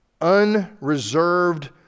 unreserved